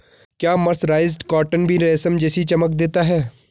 क्या mercerised cotton भी रेशम जैसी चमक देता है?